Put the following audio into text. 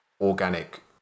organic